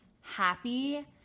happy